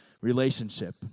relationship